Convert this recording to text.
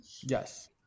Yes